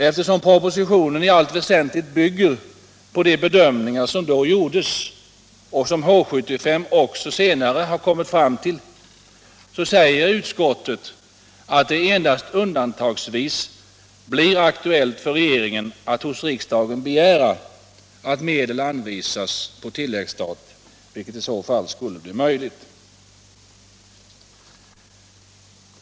Eftersom propositionen i allt väsentligt bygger på de bedömningar som då gjordes och som H 75 senare också kommit fram till, säger utskottet att det endast undantagsvis blir aktuellt för regeringen att hos riksdagen begära att medel anvisas på tilläggsstat, vilket i så fall skulle bli möjligt.